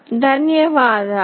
ధన్యవాదాలు